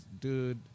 dude